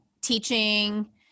teaching